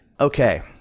okay